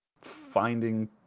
finding